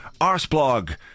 Arsblog